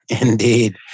Indeed